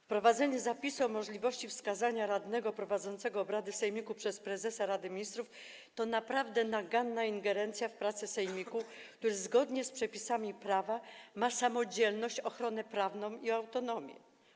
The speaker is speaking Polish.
Wprowadzenie zapisu o możliwości wskazania radnego prowadzącego obrady sejmiku przez prezesa Rady Ministrów to naprawdę naganna ingerencja w pracę sejmiku, który zgodnie z przepisami prawa ma zapewnione samodzielność, ochronę prawną i autonomię.